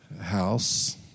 house